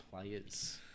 players